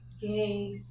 gay